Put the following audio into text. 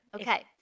Okay